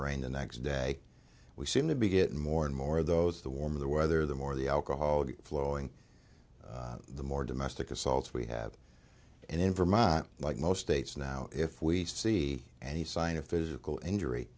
raigned the next day we seem to be getting more and more of those the warmer the weather the more the alcohol flowing the more domestic assaults we have and in vermont like most states now if we see any sign of physical injury